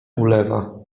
ulewa